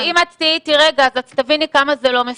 אם את תהיי איתי רגע, תביני כמה זה לא מסוכן.